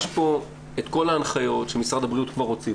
יש פה את כל ההנחיות שמשרד הבריאות כבר הוציא,